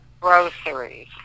groceries